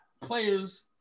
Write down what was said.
players